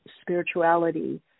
spirituality